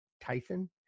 Tyson